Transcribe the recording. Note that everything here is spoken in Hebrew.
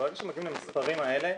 ברגע שמגיעים למספרים האלה,